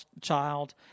child